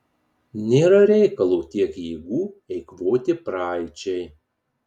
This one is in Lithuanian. nėra reikalo tiek jėgų eikvoti praeičiai